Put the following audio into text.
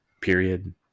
period